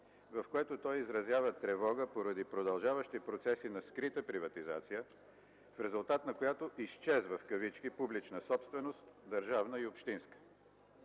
в което той изразява тревога поради продължаващи процеси на скрита приватизация, в резултат на която „изчезва” публична собственост – държавна и общинска.